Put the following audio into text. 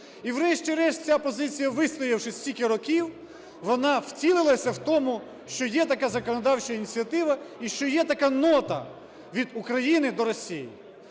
і, врешті-решт ця позиція, вистоявши стільки років, вона втілилася в тому, що є така законодавча ініціатива, і що є така нота від України до Росії.